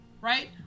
right